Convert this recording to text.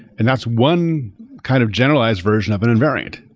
and that's one kind of generalized version of an invariant.